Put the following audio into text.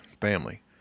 family